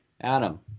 Adam